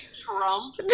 Trump